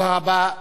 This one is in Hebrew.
תודה רבה.